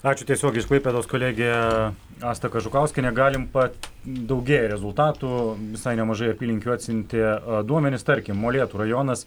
ačiū tiesiogiai iš klaipėdos kolegė asta kažukauskienė galim pat daugėja rezultatų visai nemažai apylinkių atsiuntė duomenis tarkim molėtų rajonas